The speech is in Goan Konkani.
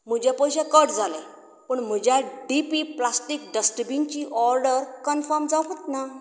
म्हजे पयशे कट जाले पूण म्हज्या डी पी प्लास्टीक डस्टबिनची ऑर्डर कनफम जावकूत ना